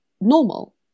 normal